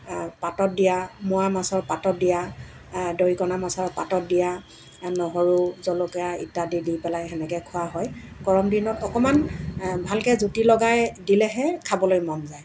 পাতত দিয়া মোৱামাছৰ পাতত দিয়া দৰিকণা মাছৰ পাতত দিয়া নহৰু জলকীয়া ইত্যাদি দি পেলাই সেনেকৈ খোৱা হয় গৰমদিনত অকমান ভালকৈ জুতি লগাই দিলেহে খাবলৈ মন যায়